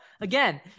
again